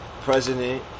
President